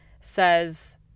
says